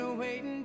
waiting